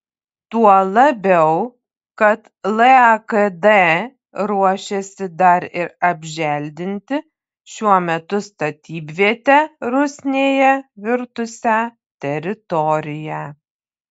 tuo labiau kad lakd ruošiasi dar ir apželdinti šiuo metu statybviete rusnėje virtusią teritoriją